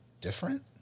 different